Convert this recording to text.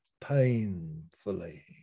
painfully